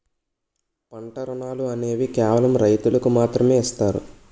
పంట రుణాలు అనేవి కేవలం రైతులకు మాత్రమే ఇస్తారు